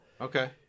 Okay